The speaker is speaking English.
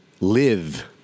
live